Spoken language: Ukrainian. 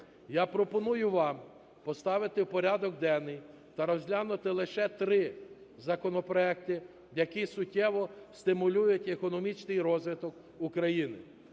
Я пропоную вам поставити в порядок денний та розглянути лише 3 законопроекти, які суттєво стимулюють економічний розвиток України.